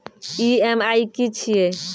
EMI की छिये?